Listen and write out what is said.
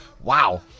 Wow